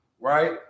right